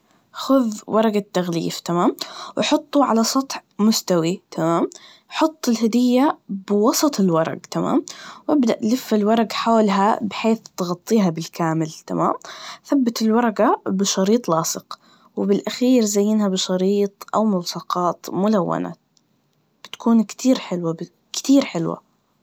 خذ ورقة تغليف, تمام؟ وحطه على سطح مستوي, تمام؟ وحط الهدية بوسط الورق, تمام؟ وابدأ لف الورق حولها بحيث تغطيها بالكامل, تمام؟ ثبت الورقة بشريط لاصق, وبالأخير زينها بشريط أو ملصقات ملونة, بتكون كتير حلوة ب- كتير حلوة.